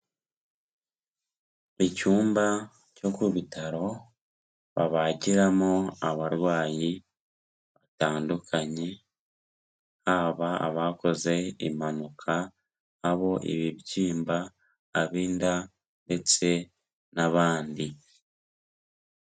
Icyumba cyo ku bitaro babagiramo abarwayi batandukanye, haba abakoze impanuka, ab'ibibyimba, ab'inda ndetse n'abandi.